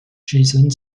jason